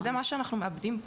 שזה מה שאנחנו מאבדים פה.